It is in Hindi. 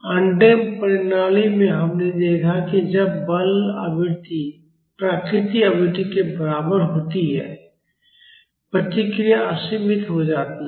अनडम्प्ड प्रणालियों में हमने देखा है कि जब बल आवृत्ति प्राकृतिक आवृत्ति के बराबर होती है प्रतिक्रिया असीमित हो जाती है